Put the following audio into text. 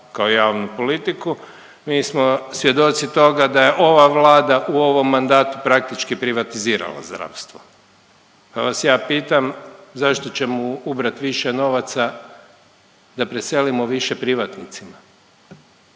kao javnu politiku. Mi smo svjedoci toga da je ova Vlada u ovom mandatu praktički privatizirala zdravstvo pa vas ja pitam zašto ćemo ubrat više novaca, da preselimo više privatnicima.